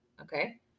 okay